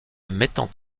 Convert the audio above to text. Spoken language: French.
mettant